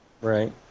Right